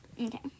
Okay